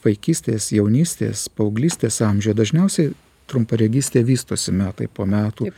vaikystės jaunystės paauglystės amžiuje dažniausiai trumparegystė vystosi metai po metų